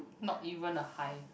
not even a high